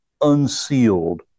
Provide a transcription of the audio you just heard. unsealed